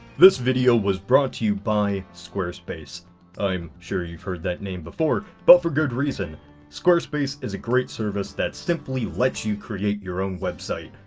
this video was brought to you by squarespace i'm sure you've heard that name before, but for good reason squarespace is a great service that simply lets you create your own website.